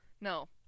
No